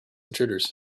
intruders